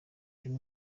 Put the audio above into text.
utere